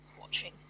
watching